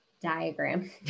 diagram